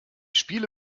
spiele